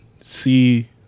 see